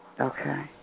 Okay